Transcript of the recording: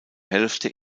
hälfte